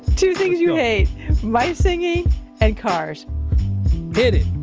two things you hate my singing and cars hit it.